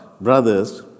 brothers